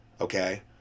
okay